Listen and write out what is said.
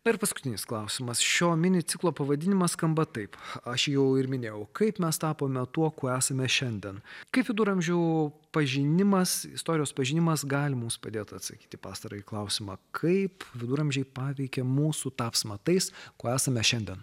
na ir paskutinis klausimas šio mini ciklo pavadinimas skamba taip aš jau ir minėjau kaip mes tapome tuo kuo esame šiandien kaip viduramžių pažinimas istorijos pažinimas gali mums padėti atsakyti į pastarąjį klausimą kaip viduramžiai paveikė mūsų tapsmą tais kuo esame šiandien